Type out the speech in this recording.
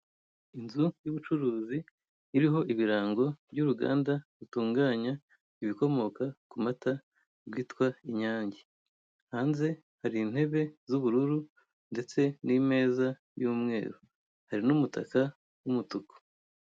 Inzu y'ubucuruzi iriho ibiranga by'uruganda rutunganya ibikomoka ku mata rwitwa inyange hanze hari intebe z'ubururu ndetse n'imeza y'umweru hari n'umutaka w'umutuku.